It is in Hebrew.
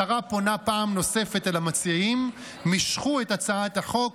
השרה פונה פעם נוספת אל המציעים: משכו את הצעת החוק,